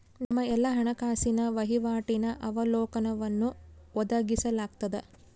ನಮ್ಮ ಎಲ್ಲಾ ಹಣಕಾಸಿನ ವಹಿವಾಟಿನ ಅವಲೋಕನವನ್ನು ಒದಗಿಸಲಾಗ್ತದ